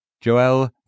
Joel